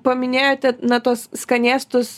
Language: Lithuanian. paminėjote na tuos skanėstus